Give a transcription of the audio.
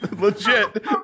Legit